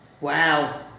Wow